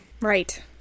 Right